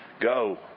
Go